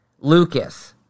Lucas